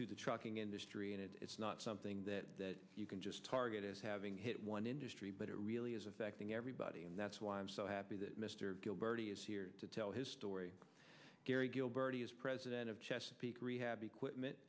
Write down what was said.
to the trucking industry and it's not something that you can just target as having hit one industry but it really is affecting everybody and that's why i'm so happy that mr gilbert is here to tell his story gary gilberto is president of chesapeake rehab equipment